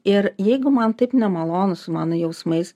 ir jeigu man taip nemalonu su mano jausmais